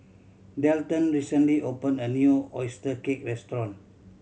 Dalton recently opened a new oyster cake restaurant